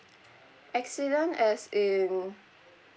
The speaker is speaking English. accident as in